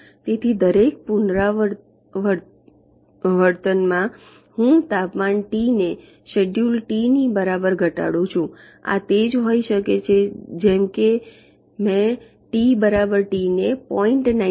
તેથી દરેક પુનરાવૃત્તિમાં હું તાપમાન ટી ને શેડ્યૂલ ટી ની બરાબર ઘટાડું છું આ તે જ હોઈ શકે છે જેમ કે મેં ટી બરાબર ટી ને 0